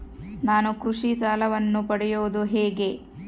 ನಾನು ಕೃಷಿ ಸಾಲವನ್ನು ಪಡೆಯೋದು ಹೇಗೆ?